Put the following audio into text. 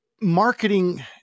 marketing